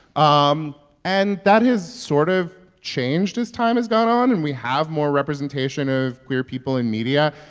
um and that has sort of changed as time has gone on. and we have more representation of queer people in media.